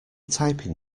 typing